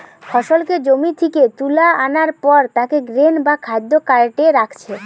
ফসলকে জমি থিকে তুলা আনার পর তাকে গ্রেন বা খাদ্য কার্টে রাখছে